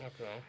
Okay